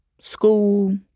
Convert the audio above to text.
school